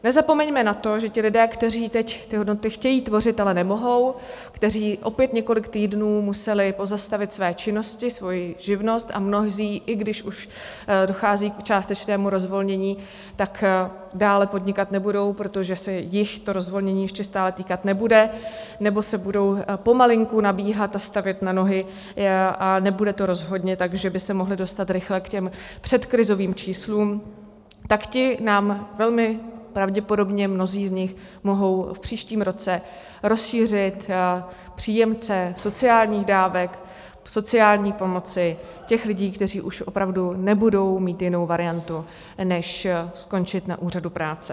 Nezapomeňme na to, že lidé, kteří teď ty hodnoty chtějí tvořit, ale nemohou, kteří opět několik týdnů museli pozastavit své činnosti, svoji živnost, a mnozí, i když už dochází k částečnému rozvolnění, tak dále podnikat nebudou, protože se jich to rozvolnění ještě stále týkat nebude, nebo budou pomalinku nabíhat a stavět se na nohy a nebude to rozhodně tak, že by se mohli dostat rychle k těm předkrizovým číslům, tak ti nám velmi pravděpodobně, mnozí z nich, mohou v příštím roce rozšířit příjemce sociálních dávek, sociální pomoci těch lidí, kteří už opravdu nebudou mít jinou variantu než skončit na úřadu práce.